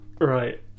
Right